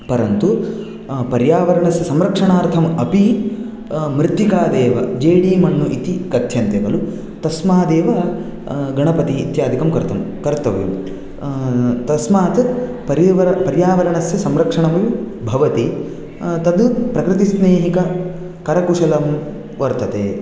परन्तु पर्यावरणस्य संरक्षणार्थम् अपि मृत्तिकादेव जेडिम्ण्णुि इति कथ्यन्ते खलु तस्मादेव गणपतिः इत्यादिकं कृतं कर्तव्यं तस्मात् परिव पर्यावरणस्य संरक्षणं भवति तद् प्रकृतिस्नेहिककरकुशलं वर्तते